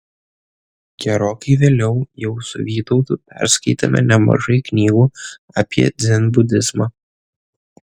gerokai vėliau jau su vytautu perskaitėme nemažai knygų apie dzenbudizmą